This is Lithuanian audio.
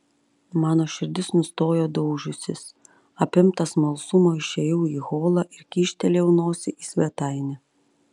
mano širdis nustojo daužiusis apimtas smalsumo išėjau į holą ir kyštelėjau nosį į svetainę